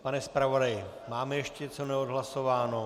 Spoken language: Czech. Pane zpravodaji, máme ještě něco neodhlasováno?